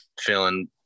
feeling